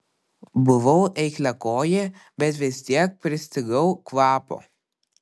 buvau eikliakojė bet vis tiek pristigau kvapo